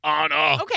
Okay